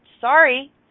sorry